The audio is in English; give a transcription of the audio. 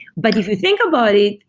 but if you think about it,